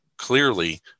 Clearly